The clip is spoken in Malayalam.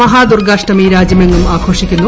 മഹാ ദൂർഗ്ഗാഷ്ടമി രാജ്യമെങ്ങും ആഘോഷിക്കുന്നു